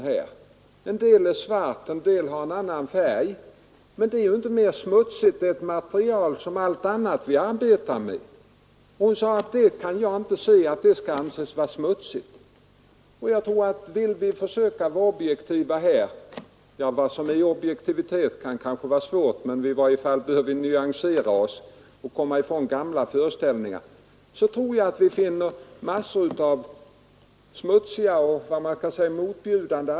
En del saker är svarta och en del har annan färg, och metallen är ju inte smutsigare än något annat material som man arbetar med. Hon kunde alltså inte finna att arbetet var särskilt smutsigt. Om vi skall försöka vara objektiva i detta sammanhang — vad som är objektivitet kan kanske vara svårt att ange men i varje fall kan det bli fråga om nyanser när det gäller att komma ifrån gamla föreställningar — tror jag att det finns en mängd smutsiga arbeten på andra områden som kan vara motbjudande.